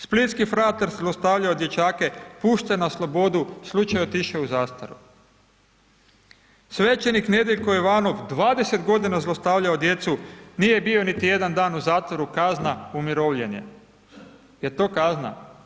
Splitski fratar zlostavljao dječake, pušten na slobodu, slučaj otišao u zastaru, svećenik Nedeljko Jovanov 20 godina zlostavljao djecu, nije bio niti jedan dan u zatvoru, kazna umirovljen je, jel to kazna?